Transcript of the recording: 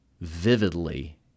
vividly